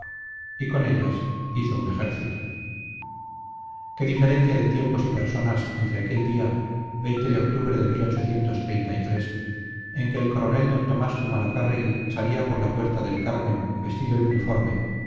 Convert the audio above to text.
y con ellas hizo un ejército qué diferencia de tiempos y personas entre aquel día de octubre de en que el coronel d tomás zumalacárregui salía por la puerta del carmen vestido de uniforme